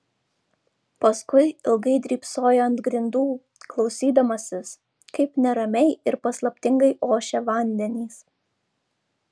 paskui ilgai drybsojo ant grindų klausydamasis kaip neramiai ir paslaptingai ošia vandenys